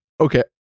Okay